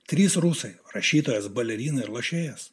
trys rusai rašytojas balerina ir lošėjas